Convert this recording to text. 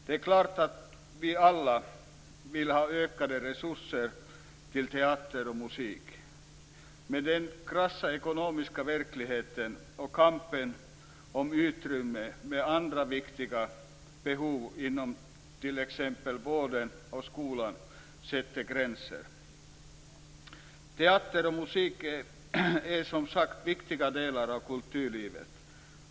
Det är klart att vi alla vill ha ökade resurser till teater och musik. Men den krassa ekonomiska verkligheten och kampen om utrymmet med andra viktiga behov inom t.ex. vården och skolan sätter gränser. Teater och musik är som sagt viktiga delar av kulturlivet.